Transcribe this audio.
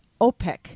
OPEC